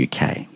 UK